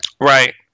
Right